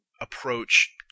approach